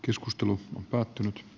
keskustelu on päättynyt